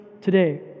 today